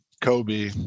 Kobe